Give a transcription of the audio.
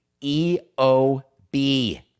EOB